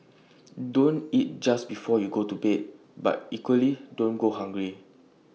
don't eat just before you go to bed but equally don't go hungry